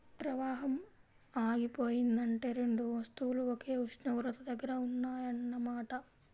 ప్రవాహం ఆగిపోయిందంటే రెండు వస్తువులు ఒకే ఉష్ణోగ్రత దగ్గర ఉన్నాయన్న మాట